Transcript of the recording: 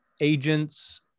agents